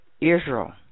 Israel